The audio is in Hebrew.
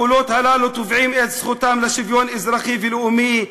הקולות הללו תובעים את זכותם לשוויון אזרחי ולאומי,